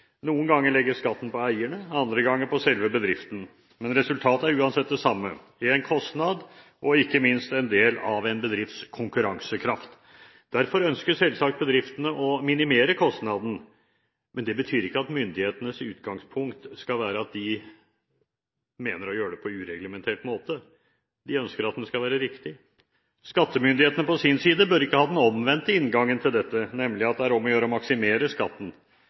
Noen ganger legges skatten på eierne, andre ganger på selve bedriften. Men resultatet er uansett det samme: Det er en kostnad og ikke minst en del av en bedrifts konkurransekraft. Derfor ønsker selvsagt bedriftene å minimere kostnaden. Men det betyr ikke at myndighetenes utgangspunkt bør være at bedriftene mener å gjøre dette på ureglementert måte. Bedriftene ønsker at det skal være riktig. Skattemyndighetene på sin side bør ikke ha den omvendte inngangen til dette, nemlig at det er om å gjøre å maksimere skatten.